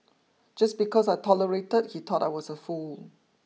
just because I tolerated he thought I was a fool